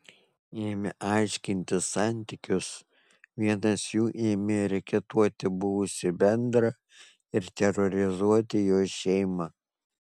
ėmę aiškintis santykius vienas jų ėmė reketuoti buvusį bendrą ir terorizuoti jo šeimą